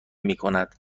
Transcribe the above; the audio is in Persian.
میکند